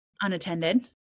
Unattended